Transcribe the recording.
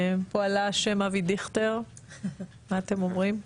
פה עלה השם אבי דיכטר, מה אתם אומרים?